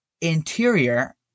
interior